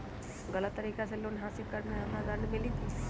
गलत तरीका से लोन हासिल कर्म मे हमरा दंड मिली कि?